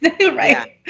right